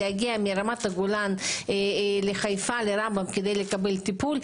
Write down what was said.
להגיע מרמת הגולן לחיפה לרמב"ם כדי לקבל טיפול,